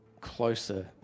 closer